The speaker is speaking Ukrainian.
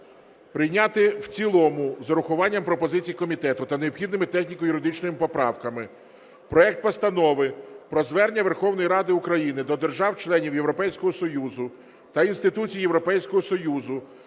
прийняти в цілому з урахуванням пропозицій комітету та необхідними техніко-юридичними поправками проект Постанови про Звернення Верховної Ради України до держав-членів Європейського Союзу та інституцій Європейського Союзу